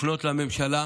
לפנות לממשלה.